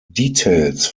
details